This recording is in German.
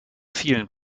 vielen